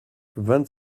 vingt